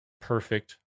perfect